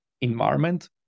environment